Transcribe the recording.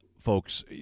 folks